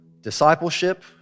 discipleship